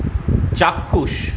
চাক্ষুষ